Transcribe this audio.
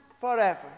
forever